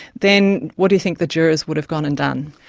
then what do you think the jurors would have gone and done?